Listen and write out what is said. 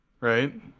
right